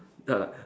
then I like